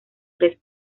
tres